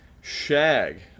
Shag